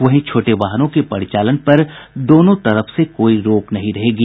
वहीं छोटे वाहनों के परिचालन पर दोनों तरफ से कोई रोक नहीं रहेगी